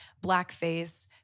blackface